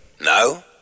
No